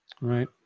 Right